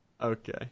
okay